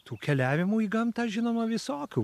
tų keliavimu į gamtą žinoma visokių